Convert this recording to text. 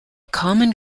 common